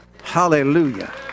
Hallelujah